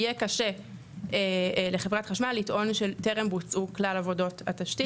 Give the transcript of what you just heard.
יהיה קשה לחברת חשמל לטעון שטרם בוצעו כלל עבודות התשתית,